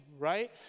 right